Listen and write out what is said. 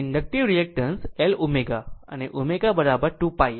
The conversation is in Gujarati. આમ ઇન્ડકટીવ રિએક્ટન્ટ L ω અને ω 2πf